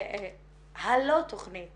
הלא-תכנית